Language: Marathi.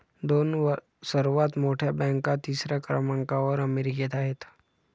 दोन सर्वात मोठ्या बँका तिसऱ्या क्रमांकावर अमेरिकेत आहेत